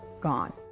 gone